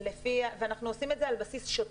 אנחנו עושים את זה על בסיס שוטף,